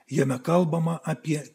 jame kalbama apie